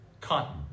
cotton